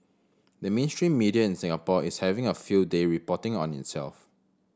the mainstream media in Singapore is having a field day reporting on itself